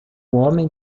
homem